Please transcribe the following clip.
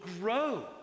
grow